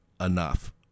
enough